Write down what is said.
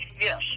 yes